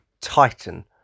titan